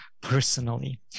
personally